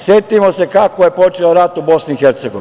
Setimo se kako je počeo rat u Bih.